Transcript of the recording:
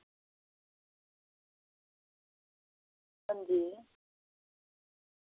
हां जी